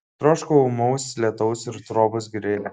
troškau ūmaus lietaus ir trobos girioje